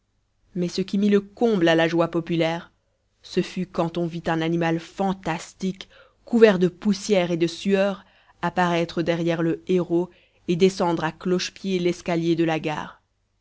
mais ce qui mit le comble à la joie populaire ce fut quand on vit un animal fantastique couvert de poussière et de sueur apparaître derrière le héros et descendre à cloche-pied l'escalier de la gare